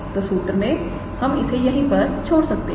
तोसूत्र में हम इसे यहीं पर छोड़ सकते हैं